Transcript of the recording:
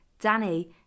Danny